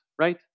right